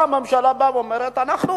הממשלה באה ואומרת: אנחנו